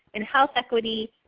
and health equity,